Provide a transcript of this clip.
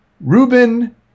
Ruben